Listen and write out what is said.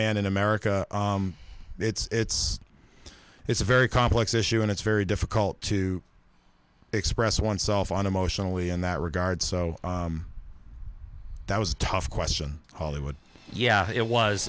man in america it's it's a very complex issue and it's very difficult to express oneself on emotionally in that regard so that was a tough question hollywood yeah it was